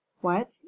What